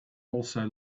also